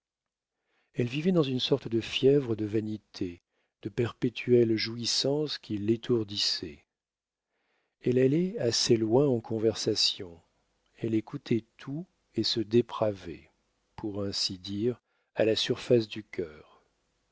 elle vivait dans une sorte de fièvre de vanité de perpétuelle jouissance qui l'étourdissait elle allait assez loin en conversation elle écoutait tout et se dépravait pour ainsi dire à la surface du cœur